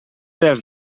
dels